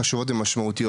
חשובות ומשמעותיות.